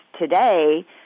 today